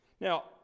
now